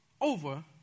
over